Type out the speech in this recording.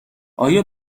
ایا